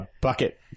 bucket